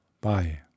Bye